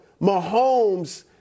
Mahomes